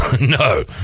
No